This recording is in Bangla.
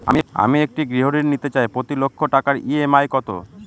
আমি একটি গৃহঋণ নিতে চাই প্রতি লক্ষ টাকার ই.এম.আই কত?